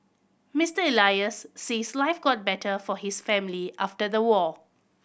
Mister Elias says life got better for his family after the war